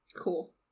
Cool